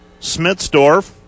Smitsdorf